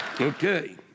Okay